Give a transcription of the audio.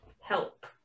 help